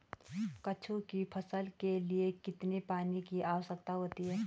कद्दू की फसल के लिए कितने पानी की आवश्यकता होती है?